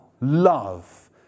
love